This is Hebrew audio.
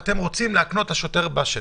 שאותו אתם רוצים להקנות לשוטר בשטח.